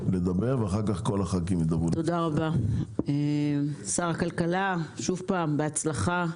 שר הכלכלה, שוב פעם בהצלחה.